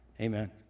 amen